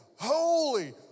holy